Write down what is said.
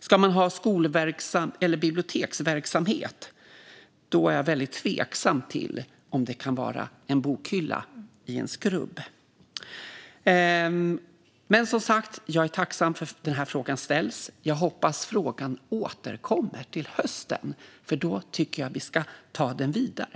Ska man ha biblioteksverksamhet är jag väldigt tveksam till att det kan vara en bokhylla i en skrubb. Jag är som sagt tacksam för att frågan ställs, och jag hoppas att den återkommer till hösten. Då tycker jag att vi ska ta den vidare.